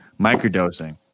Microdosing